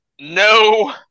no